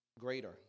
Greater